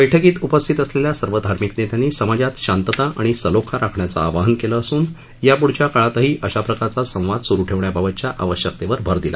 बैठकीला उपस्थित असलेल्या सर्व धार्मिक नेत्यांनी समाजात शांतता आणि सलोख राखण्याचं आवाहन केलं असून याप्ढील काळातही अशा प्रकारचा संवाद सुरु ठेवण्याबाबतच्या आवश्यकतेवर भर दिला